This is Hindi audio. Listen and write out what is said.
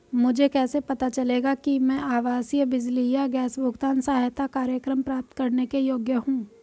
मुझे कैसे पता चलेगा कि मैं आवासीय बिजली या गैस भुगतान सहायता कार्यक्रम प्राप्त करने के योग्य हूँ?